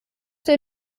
der